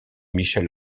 michel